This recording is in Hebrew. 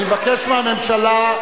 אני מבקש מהממשלה,